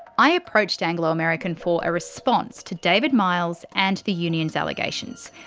i approached anglo american for a response to david miles and the union's allegations.